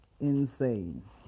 insane